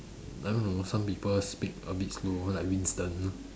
I don't know some people speak a bit slow like Winston